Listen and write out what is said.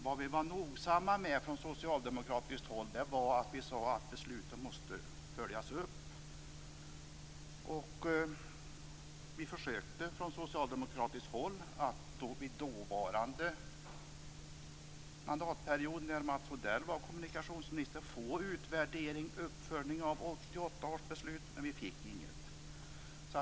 Vad vi från socialdemokratiskt håll nogsamt underströk var att besluten måste följas upp. Vi försökte under dåvarande mandatperiod, när Mats Odell var kommunikationsminister, få till stånd en utvärdering och uppföljning av 1988 års beslut, men det blev ingen.